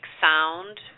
sound